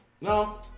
No